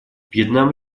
вьетнам